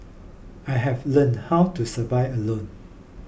I have learnt how to survive alone